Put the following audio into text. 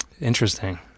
Interesting